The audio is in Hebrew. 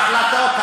איזה החלטות?